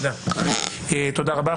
תודה רבה.